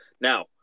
Now